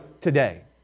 today